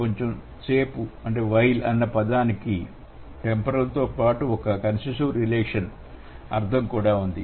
కొంచెం సేపు అన్న పదానికి టెంపోరల్ తో పాటు ఒక కనసిశివ్ రిలేషన్ అర్థం కూడా ఉంది